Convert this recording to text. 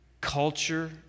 culture